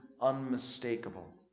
unmistakable